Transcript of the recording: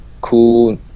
cool